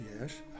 Yes